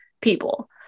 people